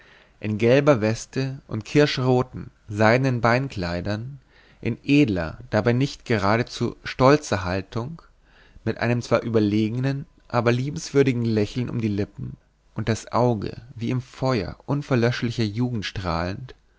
in gelber weste und kirschroten seidenen beinkleidern in edler dabei nicht geradezu stolzer haltung mit einem zwar überlegenen aber liebenswürdigen lächeln um die lippen und das auge wie im feuer unverlöschlicher jugend strahlend